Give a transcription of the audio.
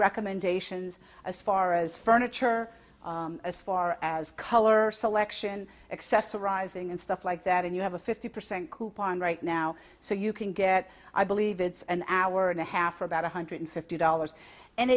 recommendations as far as furniture as far as color selection accessorizing and stuff like that and you have a fifty percent coupon right now so you can get i believe it's an hour and a half or about one hundred fifty dollars and